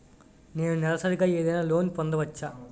నేను నెలసరిగా ఏదైనా లోన్ పొందవచ్చా?